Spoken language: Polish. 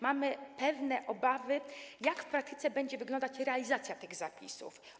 Mamy pewne obawy, jak w praktyce będzie wyglądać realizacja tych zapisów.